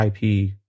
IP